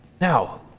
Now